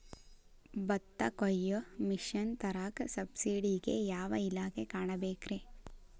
ಭತ್ತ ಕೊಯ್ಯ ಮಿಷನ್ ತರಾಕ ಸಬ್ಸಿಡಿಗೆ ಯಾವ ಇಲಾಖೆ ಕಾಣಬೇಕ್ರೇ?